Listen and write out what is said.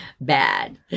bad